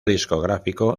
discográfico